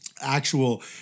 Actual